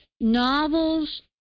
novels